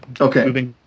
Okay